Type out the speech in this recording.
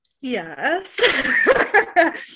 Yes